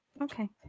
Okay